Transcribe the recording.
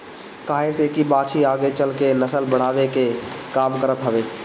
काहे से की बाछी आगे चल के नसल बढ़ावे के काम करत हवे